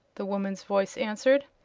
the woman's voice answered.